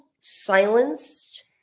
silenced